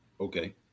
Okay